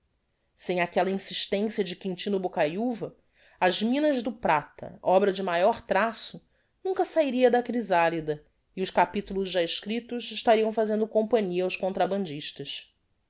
sem aquella insistencia de quintino bocayuva as minas do prata obra de maior traço nunca sahiria da chrisalida e os capitulos já escriptos estariam fazendo companhia aos contrabandistas